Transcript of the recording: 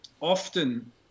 often